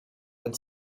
and